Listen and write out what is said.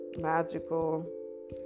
magical